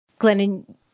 Glennon